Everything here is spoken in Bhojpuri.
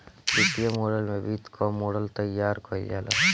वित्तीय मॉडल में वित्त कअ मॉडल तइयार कईल जाला